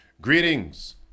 Greetings